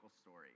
story